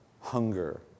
hunger